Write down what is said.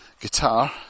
guitar